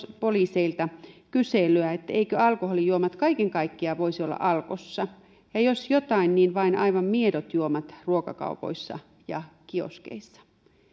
poliiseilta kyselyä eivätkö alkoholijuomat kaiken kaikkiaan voisi olla alkossa ja jos jotain niin vain aivan miedot juomat ruokakaupoissa ja kioskeissa